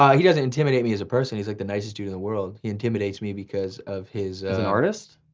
um he doesn't intimidate me as a person. he's like the nicest dude in the world. he intimidates me because of his as an artist?